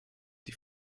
die